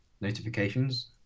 notifications